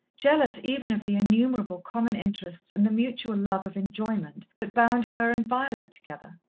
jealous even of the innumerable common interests and the mutual love of enjoyment that bound her and violet together.